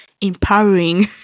empowering